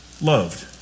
loved